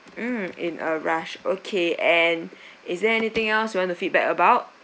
mm in a rush okay and is there anything else you want to feedback about